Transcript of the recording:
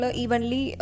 evenly